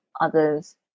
others